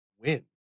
win